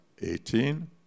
eighteen